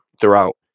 throughout